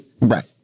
Right